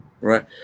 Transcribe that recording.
right